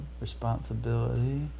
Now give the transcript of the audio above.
Responsibility